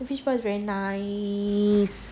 fishball is very nice